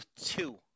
two